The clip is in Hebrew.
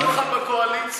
כמעט, בקואליציה.